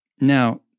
Now